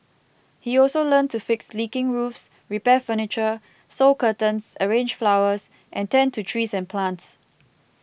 he also learnt to fix leaking roofs repair furniture sew curtains arrange flowers and tend to trees and plants